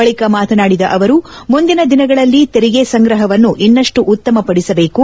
ಬಳಿಕಮಾತನಾಡಿದಅವರುಮುಂದಿನ ದಿನಗಳಲ್ಲಿ ತೆರಿಗೆ ಸಂಗ್ರಹವನ್ನು ಇನ್ನಷ್ಟು ಉತ್ತಮ ಪಡಿಸಬೇಕು